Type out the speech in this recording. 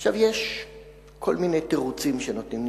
עכשיו, יש כל מיני תירוצים שנותנים.